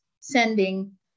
sending